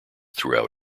throughout